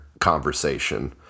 conversation